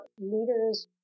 leaders